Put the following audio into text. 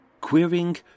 querying